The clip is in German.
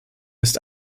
ist